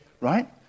right